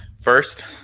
first